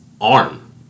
arm